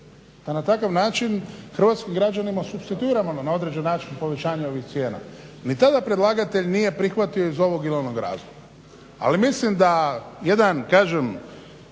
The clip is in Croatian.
da na takav način hrvatskim građanima supstituiramo na određeni način povećanje ovih cijena. Ni tada predlagatelj nije prihvatio iz ovog ili onog razloga. Ali mislim da jedan kažem